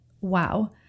wow